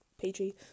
PG